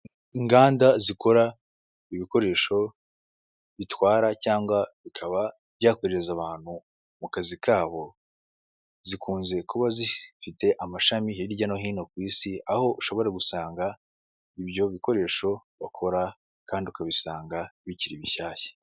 Inganda zikora ibikoresho bitwara cyangwa bikaba byakorehereza abantu mu kazi kabo, zikunze kuba zifite amashami hirya no hino ku isi aho ushobora gusanga ibyo bikoresho bakora kandi ukabisanga bikiri bishyashya.